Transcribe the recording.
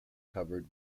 covered